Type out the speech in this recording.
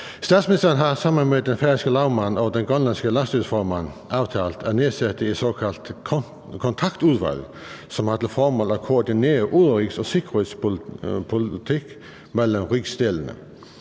Statsministeren har sammen med den færøske lagmand og den grønlandske landsstyreformand aftalt at nedsætte et såkaldt kontaktudvalg, som har til formål at koordinere udenrigs- og sikkerhedspolitik mellem rigsdelene.